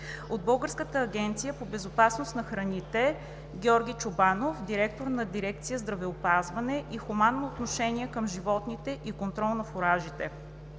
от Българската агенция по безопасност на храните: Георги Чобанов – директор на дирекция „Здравеопазване и хуманно отношение към животните и контрол на фуражите“,